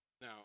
Now